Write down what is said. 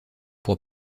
pour